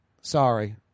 Sorry